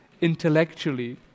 intellectually